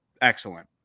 Excellent